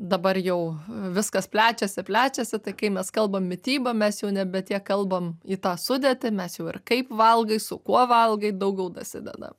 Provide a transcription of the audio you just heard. dabar jau viskas plečiasi plečiasi tai kai mes kalbam mityba mes jau nebe tiek kalbam į tą sudėtį mes jau ir kaip valgai su kuo valgai daugiau dasideda